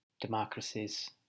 Democracies